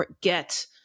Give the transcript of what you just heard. get